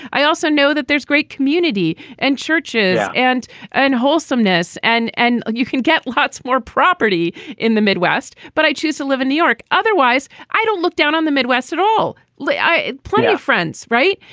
i also know that there's great community and churches and and wholesomeness and and you can get lots more property in the midwest. but i choose to live in new york. otherwise, i don't look down on the midwest at all. leigh, i have friends. right.